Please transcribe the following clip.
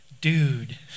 Dude